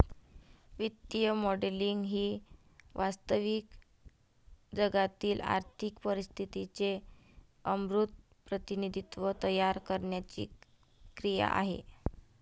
वित्तीय मॉडेलिंग ही वास्तविक जगातील आर्थिक परिस्थितीचे अमूर्त प्रतिनिधित्व तयार करण्याची क्रिया आहे